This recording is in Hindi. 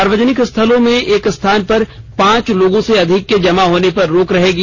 सार्वजनिक स्थलों पर एक स्थान पर पांच लोगों से अधिक के जमा होने पर रोक रहेगी